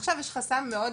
עכשיו יש חסם מאוד